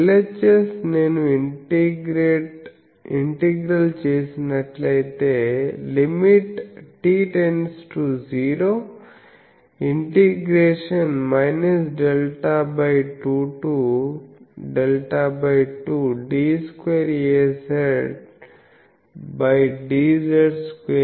LHS నేను integral చేసినట్లయితేLtt➝0ഽ Δ2 to Δ2d2Azdz2k2Azdz